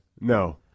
No